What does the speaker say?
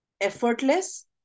effortless